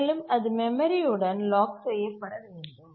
மேலும் அது மெமரி உடன் லாக் செய்யப்பட வேண்டும்